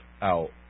out